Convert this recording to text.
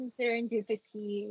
Serendipity